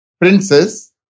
princess